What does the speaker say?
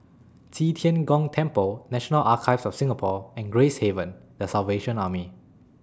Qi Tian Gong Temple National Archives of Singapore and Gracehaven The Salvation Army